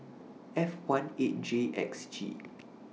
F one eight J X G